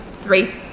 three